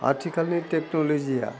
आथिखालनि टेक्न'लजिया